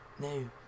No